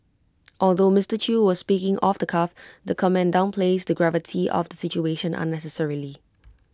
although Mister chew was speaking off the cuff the comment downplays the gravity of the situation unnecessarily